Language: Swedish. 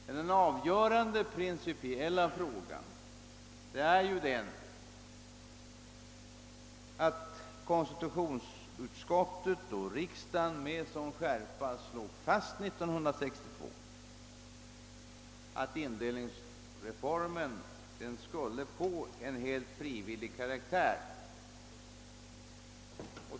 Men den avgörande principiella frågan är ju den, att konstitutionsutskottet och riksdagen med sådan skärpa slog fast 1962, att indelningsreformen skulle få en helt frivillig karaktär.